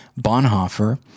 Bonhoeffer